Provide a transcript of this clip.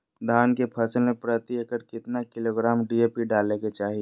धान के फसल में प्रति एकड़ कितना किलोग्राम डी.ए.पी डाले के चाहिए?